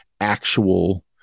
actual